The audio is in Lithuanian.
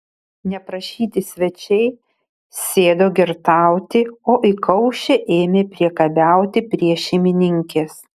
neprašyti svečiai sėdo girtauti o įkaušę ėmė priekabiauti prie šeimininkės